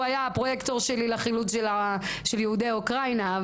הוא היה הפרוייקטור שלי לחילוץ של יהודי אוקראינה.